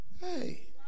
Hey